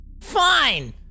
Fine